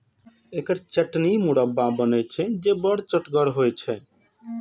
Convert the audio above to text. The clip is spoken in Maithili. एकर चटनी, मुरब्बा आदि बनै छै, जे बड़ चहटगर होइ छै